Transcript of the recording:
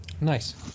Nice